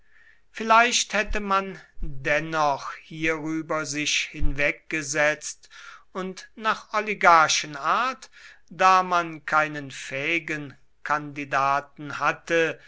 vielleicht hätte man dennoch hierüber sich hinweggesetzt und nach oligarchenart da man keinen fähigen kandidaten hatte